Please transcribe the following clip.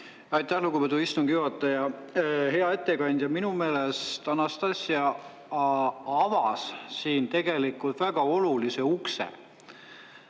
Aitäh, lugupeetud istungi juhataja! Hea ettekandja! Minu meelest Anastassia avas siin tegelikult väga olulise ukse